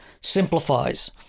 simplifies